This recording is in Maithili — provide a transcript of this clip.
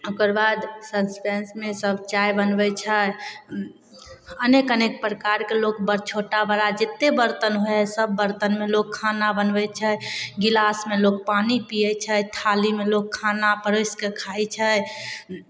ओकर बाद सस्पेनमे सभ चाय बनबै छै अनेक अनेक प्रकारके लोक बर छोटा बड़ा जतेक बरतन हइ सभ बरतनमे लोक खाना बनबै छै गिलासमे लोक पानि पियै छथि थारीमे लोक खाना परोसि कऽ खाइ छै